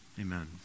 Amen